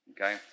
Okay